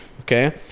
okay